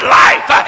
life